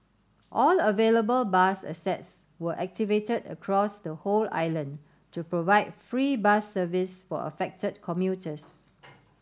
all available bus assets were activated across the whole island to provide free bus service for affected commuters